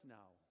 now